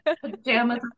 pajamas